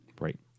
Right